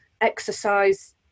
exercise